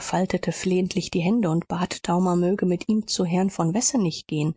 faltete flehentlich die hände und bat daumer möge mit ihm zu herrn von wessenig gehen